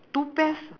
two pairs